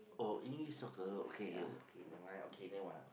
oh E-soccer okay okay nevermind okay nevermind